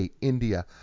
India